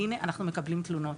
והינה, אנחנו מקבלים תלונות.